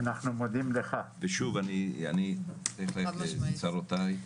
אני אלך לצרותיי.